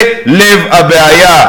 זה לב הבעיה.